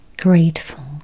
grateful